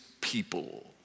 people